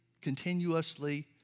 continuously